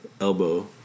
elbow